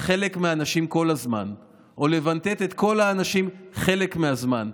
חלק מהאנשים כל הזמן או לבנטט את כל האנשים חלק מהזמן,